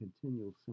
continual